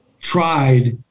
tried